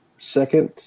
second